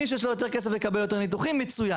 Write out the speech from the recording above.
מי שיש לו יותר כסף יקבל יותר ניתוחים מצוין.